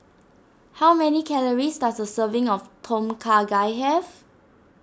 how many calories does a serving of Tom Kha Gai have